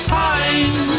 time